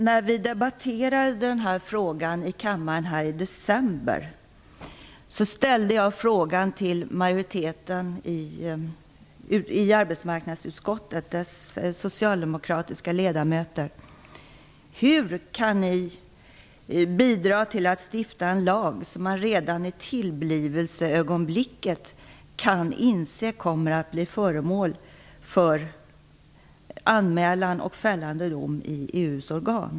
När vi debatterade den här frågan i kammaren i december ställde jag frågan till majoriteten i arbetsmarknadsutskottet, till de socialdemokratiska ledamöterna, hur den kan bidra till att stifta en lag som man redan i tillblivelseögonblicket kan inse kommer att bli föremål för anmälan och fällande dom i EU:s organ.